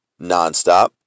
nonstop